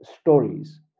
stories